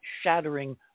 shattering